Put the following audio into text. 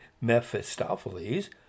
Mephistopheles